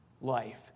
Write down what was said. life